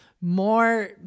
more